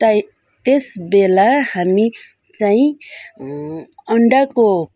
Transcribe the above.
time त्यस बेला हामी चाहिँ अन्डाको